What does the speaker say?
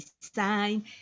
design